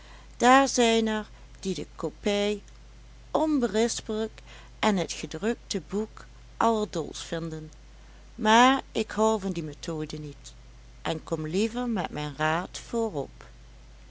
daar zijn er die de kopij onberispelijk en het gedrukte boek allerdolst vinden maar ik hou van die methode niet en kom liever met mijn raad voorop